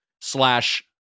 slash